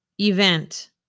event